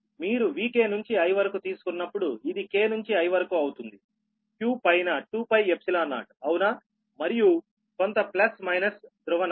మీరు Vk నుంచి i వరకు తీసుకున్నప్పుడు ఇది k నుంచి i వరకు అవుతుందిq పైన 2 Π0అవునా మరియు కొంత ప్లస్ మైనస్ ధ్రువణత